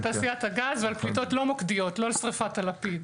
דיברנו על תעשיית הגז ועל פליטות לא מוקדיות לא על שריפת הלפיד